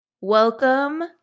Welcome